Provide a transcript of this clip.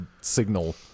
signal